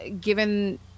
given